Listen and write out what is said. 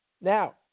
Now